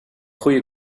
goede